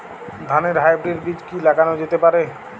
ধানের হাইব্রীড বীজ কি লাগানো যেতে পারে?